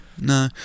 no